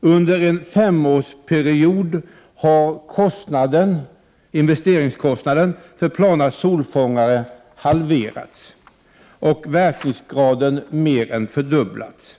Under en femårsperiod har investeringskostnaden för plana solfångare halverats och verkningsgraden mer än fördubblats.